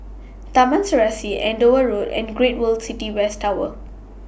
Taman Serasi Andover Road and Great World City West Tower